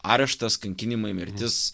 areštas kankinimai mirtis